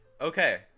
Okay